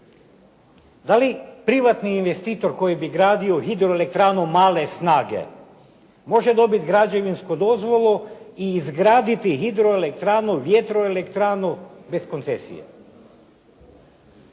Da li privatni investitor koji bi gradio hidroelektranu male snage, može dobiti građevinsku dozvolu i izgraditi hidroelektranu, vjetroelektranu bez koncesije.